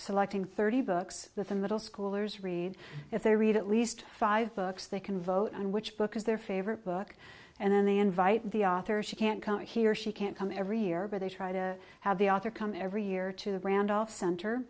selecting thirty books with the middle schoolers read if they read at least five books they can vote on which book is their favorite book and then they invite the author she can't come here she can't come every year but they try to have the author come every year to the randolph center